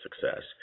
success